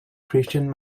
christian